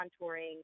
contouring